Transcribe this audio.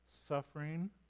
suffering